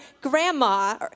grandma